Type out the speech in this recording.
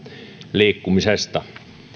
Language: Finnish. liikkumisesta